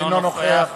אינו נוכח